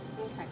okay